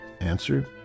Answer